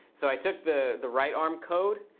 so i took the the right arm code,